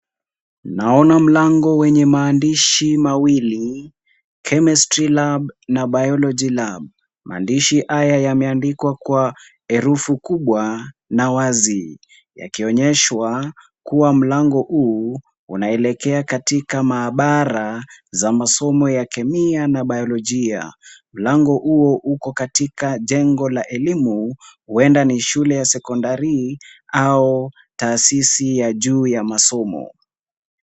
Naona mlango wenye maandishi mawili, chemistry lab na Biology lab . Maandishi haya yameandikwa kwa herufi kubwa na wazi yakionyeshwa kuwa mlango huu yanaelekea katika maabara za masomo ya Kemia na Bayolojia. Mlango huo uko katika jengo la elimu , huenda ni shule ya sekondari au taasisi ya juu ya masomo.